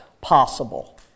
possible